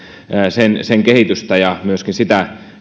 sen sen kehitystä ja myöskin sitä